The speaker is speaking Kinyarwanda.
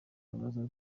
abaza